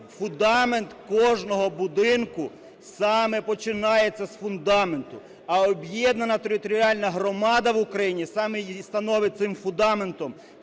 фундамент кожного будинку саме починається з фундаменту. А об’єднана територіальна громада в Україні саме і становиться цим фундаментом